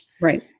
Right